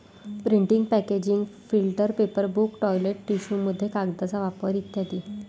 printing packaging filter paper book toilet टिश्यूमध्ये कागदाचा वापर इ